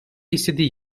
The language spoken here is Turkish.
istediği